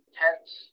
tense